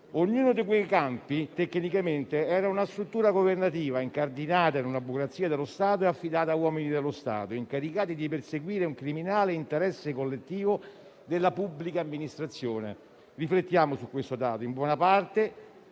Ognuno di quei campi tecnicamente era una struttura governativa, incardinata in una burocrazia dello Stato e affidata a uomini dello Stato, incaricati di perseguire un criminale interesse collettivo della pubblica amministrazione. Riflettiamo su questo dato: in buona parte